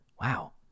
wow